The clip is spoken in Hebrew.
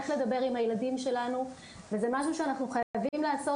איך לדבר עם הילדים שלנו וזה משהו שאנחנו חייבים לעשות,